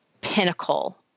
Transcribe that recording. pinnacle